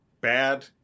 bad